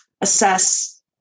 assess